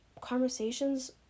conversations